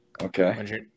okay